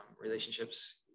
relationships